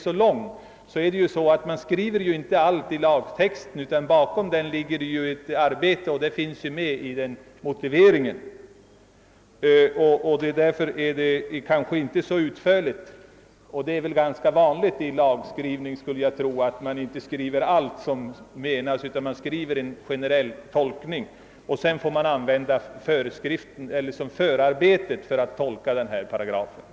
Den är ganska kortfattad, men det är ju ganska vanligt vid lagstiftning att man inte skriver allt i lagtexten. Motiveringen och stöd för tolkningen finns ju i förarbetena.